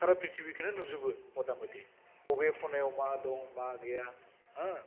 सारा पृतिबिखौनो नुजोबो मथा मथि बबे खनायाव मा दं मा गैया होह